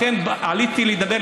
לכן עליתי לדבר,